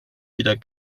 wieder